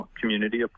community